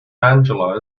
angela